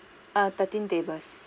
err thirteen tables